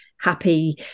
happy